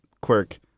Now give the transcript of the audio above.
quirk